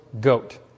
goat